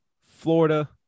Florida